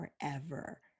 forever